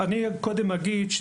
אני קודם אגיד,